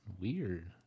weird